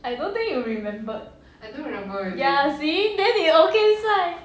I don't think you remembered ya see then you okay sai